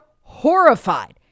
horrified